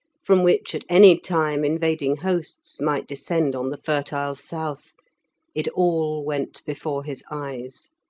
from which at any time invading hosts might descend on the fertile south it all went before his eyes.